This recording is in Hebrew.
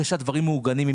אחרי שהדברים מעוגנים,